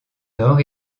nord